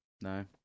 No